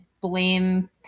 blame